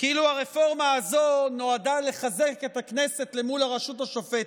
כאילו הרפורמה הזאת נועדה לחזק את הכנסת מול הרשות השופטת.